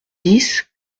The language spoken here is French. dix